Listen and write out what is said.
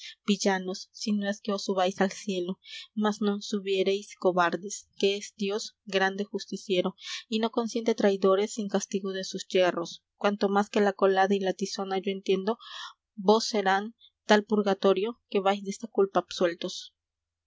villanos si no es que os subáis al cielo mas non subiréis cobardes que es dios grande justiciero y no consiente traidores sin castigo de sus yerros cuanto más que la colada y la tizona yo entiendo vos serán tal purgatorio que vais desta culpa